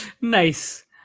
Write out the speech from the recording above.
Nice